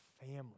family